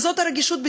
וזאת הרגישות,